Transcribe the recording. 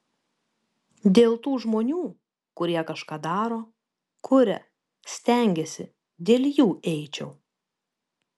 dėl tų žmonių kurie kažką daro kuria stengiasi dėl jų eičiau